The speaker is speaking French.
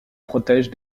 protège